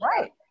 right